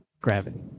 gravity